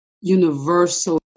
universal